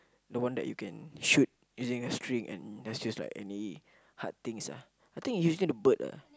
the one that you can shoot using a string and just use like any hard things ah I think is usually the bird ah